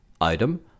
Item